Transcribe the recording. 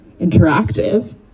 interactive